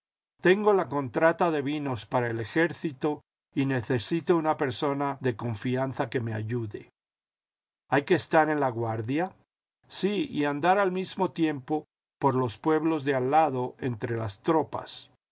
tengo la contrata de vinos para el ejército y necesito una persona de confianza que me ayude hay que estar en laguardia sí y andar al mismo tiempo por los pueblos de al lado entre las tropas